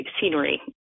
scenery